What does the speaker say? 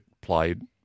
played